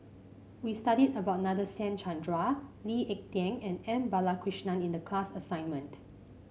we studied about Nadasen Chandra Lee Ek Tieng and M Balakrishnan in the class assignment